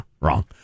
wrong